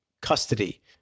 custody